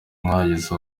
mwageze